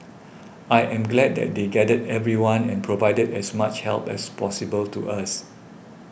I am glad that they gathered everyone and provided as much help as possible to us